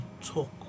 talk